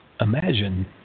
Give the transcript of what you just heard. imagine